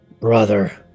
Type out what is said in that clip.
brother